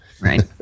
Right